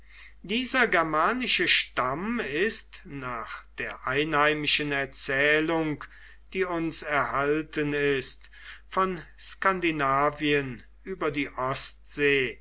dieser germanische stamm ist nach der einheimischen erzählung die uns erhalten ist von skandinavien über die ostsee